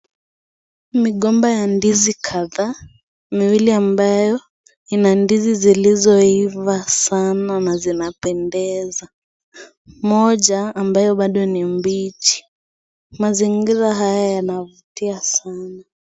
Migomba ya ndizi kadhaa miwili ambayo ina ndizi zilizoiva sana na zinapendeza, moja ambayo bado ni mbichi. Mazingira haya yanavutia Sana.